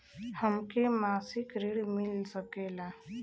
हमके मासिक ऋण मिल सकेला?